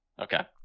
Okay